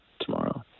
tomorrow